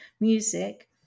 music